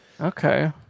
Okay